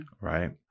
Right